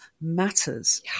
matters